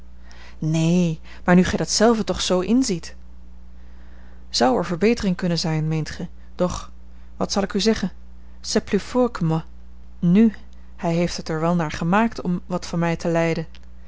neen maar nu gij dat zelve toch zoo inziet zou er betering kunnen zijn meent gij doch wat zal ik u zeggen c'est plus fort que moi nu hij heeft het er wel naar gemaakt om wat van mij te lijden